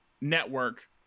network